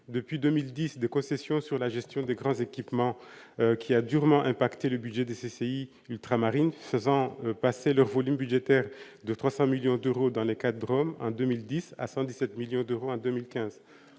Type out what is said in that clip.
depuis 2010 de concessions sur la gestion des grands équipements qui a durement impacté le budget des CCI ultramarines faisant passer leur volume budgétaire de 300 millions d'euros dans le cas de Rome en 2010 à 117 millions d'euros en 2015,